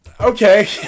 Okay